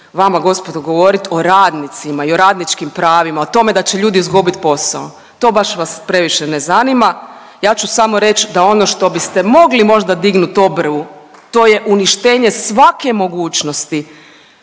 vama gospodo govorit o radnicima i o radničkim pravima, o tome da će ljudi izgubit posao, to baš vas previše ne zanima. Ja ću samo reć da ono što biste mogli možda dignut obrvu to je uništenje svake mogućnosti